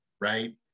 right